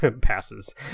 passes